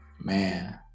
Man